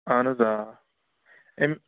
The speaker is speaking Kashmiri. اَہن حظ آ اَمۍ